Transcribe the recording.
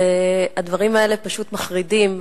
והדברים האלה פשוט מחרידים.